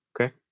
Okay